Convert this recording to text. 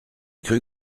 cru